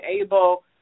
able